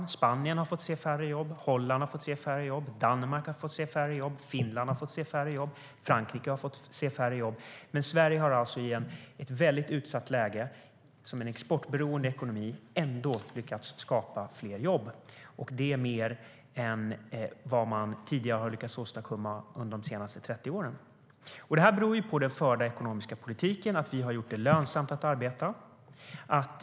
Det gäller till exempel Spanien, Holland, Danmark, Finland och Frankrike. Men Sverige har alltså i ett väldigt utsatt läge som en exportberoende ekonomi ändå lyckats skapa fler jobb och det mer än vad man har lyckats åstadkomma under de senaste 30 åren. Detta beror på den förda ekonomiska politiken. Vi har gjort det lönsamt att arbeta.